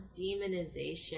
demonization